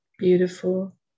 Beautiful